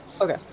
Okay